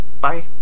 Bye